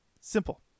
Simple